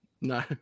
no